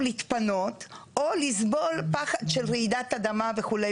להתפנות או לסבול פחד של רעידת אדמה וכו',